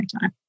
time